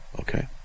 Okay